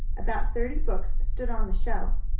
about thirty books stood on the shelves.